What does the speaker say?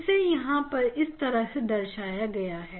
जिसे यहां इस तरह से दर्शाया जा रहा है